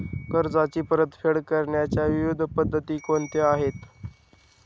कर्जाची परतफेड करण्याच्या विविध पद्धती कोणत्या आहेत?